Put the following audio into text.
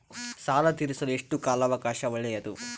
ಸಾಲ ತೇರಿಸಲು ಎಷ್ಟು ಕಾಲ ಅವಕಾಶ ಒಳ್ಳೆಯದು?